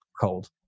cold